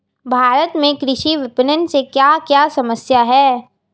भारत में कृषि विपणन से क्या क्या समस्या हैं?